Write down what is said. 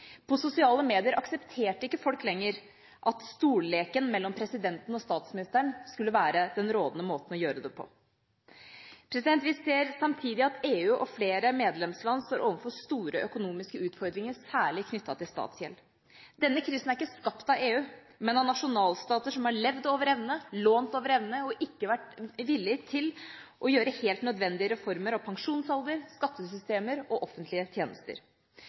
På sosiale medier aksepterte ikke folk lenger at «stolleken» mellom presidenten og statsministeren skulle være den rådende måten å gjøre det på. Vi ser samtidig at EU og flere medlemsland står overfor store økonomiske utfordringer knyttet særlig til statsgjeld. Denne krisen er ikke skapt av EU, men av nasjonalstater som har levd over evne – lånt over evne – og ikke vært villige til å gjøre helt nødvendige reformer av pensjonsalder, skattesystemer og offentlige tjenester.